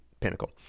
pinnacle